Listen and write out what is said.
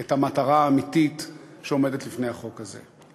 את המטרה האמיתית שעומדת לפני החוק הזה.